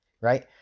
Right